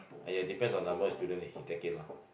!aiya! depends on the number of students that he take in lah